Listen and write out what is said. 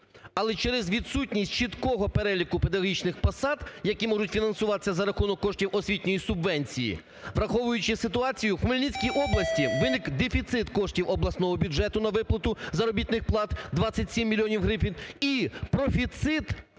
Але через відсутність чіткого переліку педагогічних посад, які можуть фінансуватися за рахунок коштів освітньої субвенції, враховуючи ситуацію, в Хмельницькій області виник дефіцит коштів обласного бюджету на виплату заробітних плат в 27 мільйонів гривень і профіцит